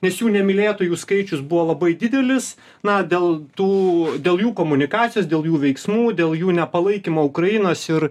nes jų nemylėtojų skaičius buvo labai didelis na dėl tų dėl jų komunikacijos dėl jų veiksmų dėl jų nepalaikymo ukrainos ir